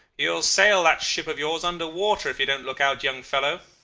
you will sail that ship of yours under water, if you don't look out, young fellow